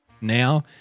now